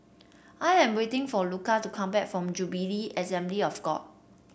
I am waiting for Luca to come back from Jubilee Assembly of God